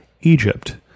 Egypt